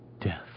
death